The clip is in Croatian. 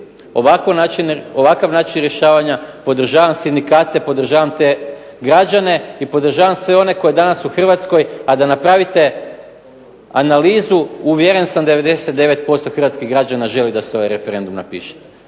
ovakav način rješavanja, podržavam sindikate, podržavam te građane, i podržavam sve one koji danas u Hrvatskoj, a da napravite analizu uvjeren sam 99% hrvatskih građana želi da se ovaj referendum raspiše.